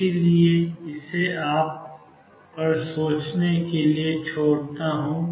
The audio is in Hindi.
इसलिए मैं इसे आप पर सोचने के लिए छोड़ता हूं